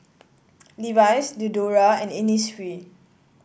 Levi's Diadora and Innisfree